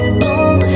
boom